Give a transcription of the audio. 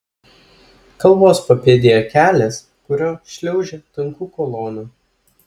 kalvos papėdėje kelias kuriuo šliaužia tankų kolona